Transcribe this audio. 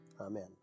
Amen